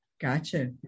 Gotcha